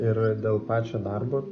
ir dėl pačio darbo